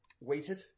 weighted